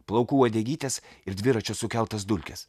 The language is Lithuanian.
plaukų uodegytes ir dviračio sukeltas dulkes